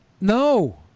No